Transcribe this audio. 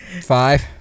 five